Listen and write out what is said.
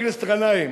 חבר הכנסת גנאים,